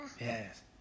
Yes